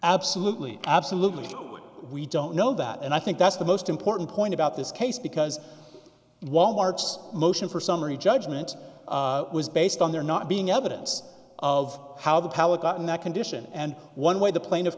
absolutely absolutely no we don't know that and i think that's the most important point about this case because wal mart's motion for summary judgment was based on there not being evidence of how the pallet got in that condition and one way the plain of